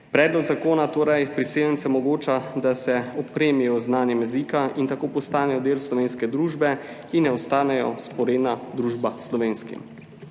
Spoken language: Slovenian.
Predlog zakona torej priseljencem omogoča, da se opremijo z znanjem jezika in tako postanejo del slovenske družbe in ne ostanejo vzporedna družba slovenski.